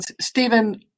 Stephen